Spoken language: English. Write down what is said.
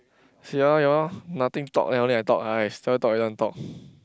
see ah your nothing to talk [liao] I talk still talk don't want talk